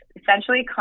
Essentially